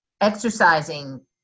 exercising